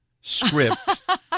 script